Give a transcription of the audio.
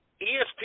ESPN